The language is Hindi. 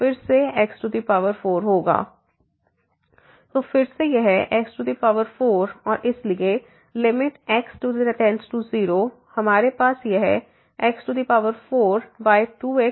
तो फिर से यह x4 और इसलिए लिमिट x→0 हमारे पास यह x42x4है